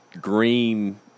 green